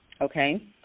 Okay